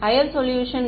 higher resolution